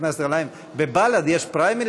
בני גנץ?